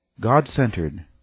God-centered